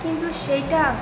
কিন্তু সেইটা